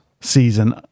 season